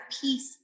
peace